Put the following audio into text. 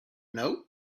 know